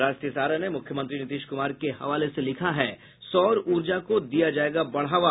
राष्ट्रीय सहारा ने मुख्यमंत्री नीतीश कुमार के हवाले से लिखा है सौर ऊर्जा को दिया जायेगा बढ़ावा